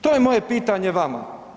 To je moje pitanje vama.